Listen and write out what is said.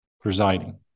presiding